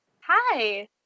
Hi